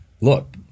look